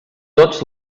tots